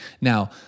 Now